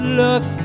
look